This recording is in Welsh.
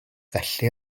felly